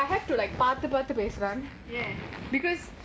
ஏன்:yean